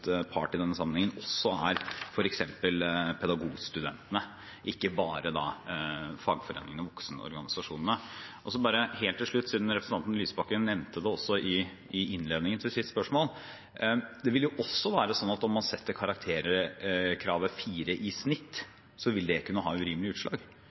part i denne sammenhengen også er f.eks. pedagogstudentene, ikke bare fagforeningene og voksenorganisasjonene. Bare helt til slutt, siden representanten Lysbakken nevnte det i innledningen til sitt spørsmål: Det vil jo være slik at om man setter karakterkravet 4 i snitt, så vil også det kunne ha urimelige utslag.